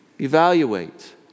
Evaluate